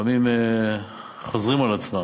לפעמים חוזרים על עצמם.